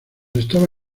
estaba